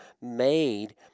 made